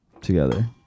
together